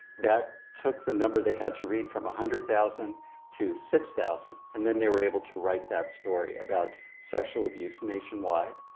that took the number they had to read from one hundred thousand to six thousand, and then they were able to write that story about sexual abuse nationwide.